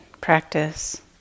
practice